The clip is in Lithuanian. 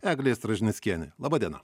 eglė stražnickienė laba diena